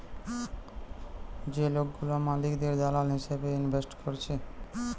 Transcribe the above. যে লোকগুলা মালিকের দালাল হিসেবে ইনভেস্ট করতিছে